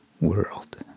world